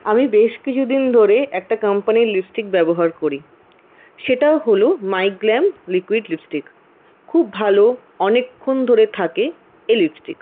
আমি বেশ কিছুদিন ধরে একটা কম্পানির লিপস্টিক ব্যবহার করি সেটা হলো মাই গ্ল্যাম লিকুইড লিপস্টিক খুব ভালো অনেকক্ষণ ধরে থাকে এই লিপস্টিক